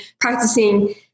practicing